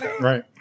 right